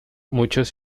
muchos